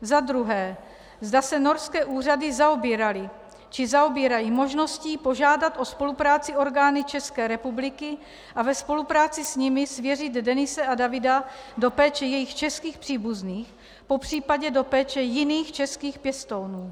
2. zda se norské úřady zaobíraly či zaobírají možností požádat o spolupráci orgány České republiky a ve spolupráci s nimi svěřit Denise a Davida do péče jejich českých příbuzných, popřípadě do péče jiných českých pěstounů,